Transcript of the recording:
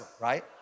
right